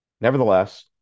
Nevertheless